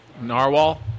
Narwhal